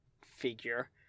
figure